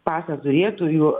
pasą turėtojų